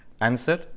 Answer